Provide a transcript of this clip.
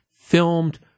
filmed